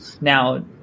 now